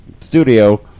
studio